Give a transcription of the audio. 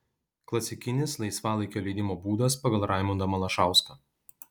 klasikinis laisvalaikio leidimo būdas pagal raimundą malašauską